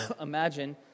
imagine